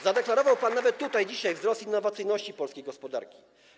Zadeklarował pan nawet tutaj dzisiaj wzrost innowacyjności polskiej gospodarki.